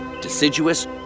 deciduous